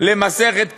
למסכת קידושין,